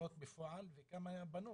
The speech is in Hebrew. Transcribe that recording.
לבנות בפועל וכמה בנו?